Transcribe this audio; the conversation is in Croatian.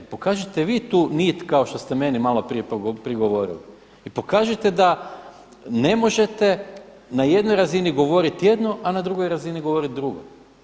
Pokažite vi tu nit kao što ste meni malo prije prigovorili i pokažite da ne možete na jednoj razini govoriti jedno, a na drugoj razini govoriti drugo.